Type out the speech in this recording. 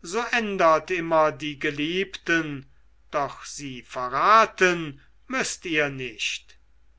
so ändert immer die geliebten doch sie verraten müßt ihr nicht